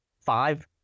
five